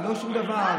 לא שום דבר.